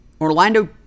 Orlando